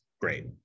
great